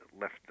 left